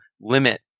limit